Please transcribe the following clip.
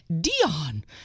Dion